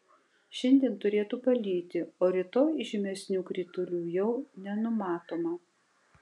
šiandien turėtų palyti o rytoj žymesnių kritulių jau nenumatoma